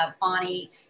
Bonnie